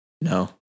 No